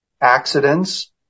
accidents